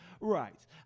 right